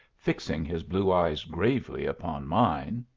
fixing his blue eyes gravely upon mine.